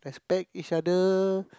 expect each other